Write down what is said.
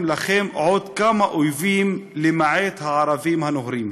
לכם עוד כמה אויבים למעט הערבים הנוהרים